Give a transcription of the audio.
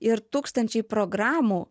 ir tūkstančiai programų